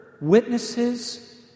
witnesses